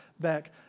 back